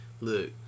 Look